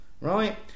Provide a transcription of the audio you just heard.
right